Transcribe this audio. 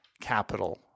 capital